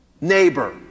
neighbor